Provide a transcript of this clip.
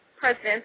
president